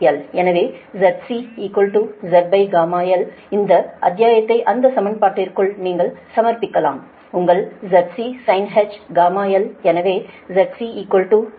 எனவே ZC Zγl அந்த அத்தியாத்தை அந்த சமன்பாட்டிற்குள் நீங்கள் சமர்ப்பிக்கலாம் உங்கள் ZCsinh γl எனவே ZC Zγl